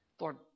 Lord